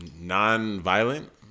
non-violent